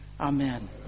Amen